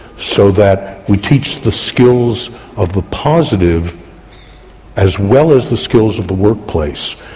so that we teach the skills of the positive as well as the skills of the workplace,